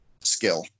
skill